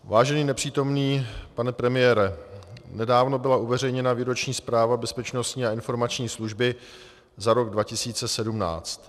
Vážený nepřítomný pane premiére, nedávno byla uveřejněna výroční zpráva Bezpečnostní informační služby za rok 2017.